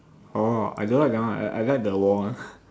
orh I don't like that one I like the war one